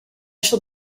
shall